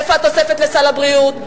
איפה התוספת לסל הבריאות?